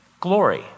glory